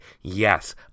yes